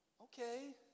Okay